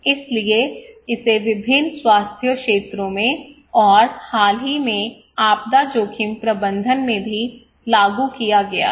इसलिए इसे विभिन्न स्वास्थ्य क्षेत्रों में और हाल ही में आपदा जोखिम प्रबंधन में भी लागू किया गया है